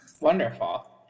wonderful